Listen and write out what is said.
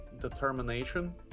determination